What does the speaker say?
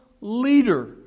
leader